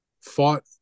fought